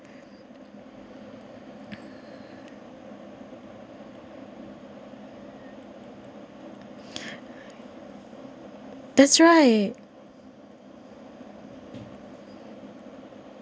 that's right